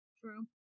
True